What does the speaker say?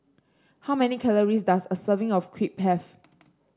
how many calories does a serving of Crepe have